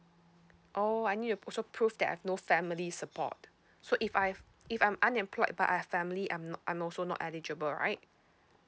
oh I need to also prove that I've no family support so if I've if I'm unemployed but I have family I'm no~ I'm also not eligible right